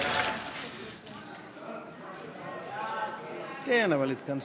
ההצעה להעביר